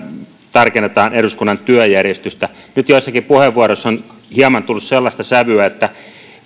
tarkennetaan eduskunnan työjärjestystä nyt joissakin puheenvuoroissa on hieman tullut sellaista sävyä että